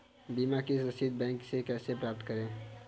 बीमा की रसीद बैंक से कैसे प्राप्त करें?